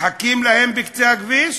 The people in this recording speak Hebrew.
מחכים להם בקצה הכביש,